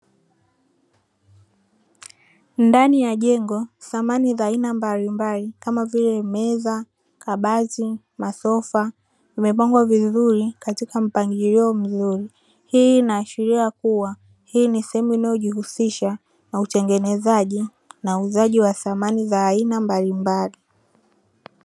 Ndani ya jengo samani za aina mbalimbali kama vile meza, kabati, masofa zimepangwa vizuri katika mpangilio mzuri, hii inaashiria kuwa hii ni sehemu inayojihusisha na utengenezaji na uuzaji wa samani za aina mbalimbali.